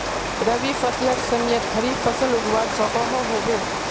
रवि फसलेर समयेत खरीफ फसल उगवार सकोहो होबे?